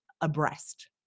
abreast